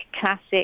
classic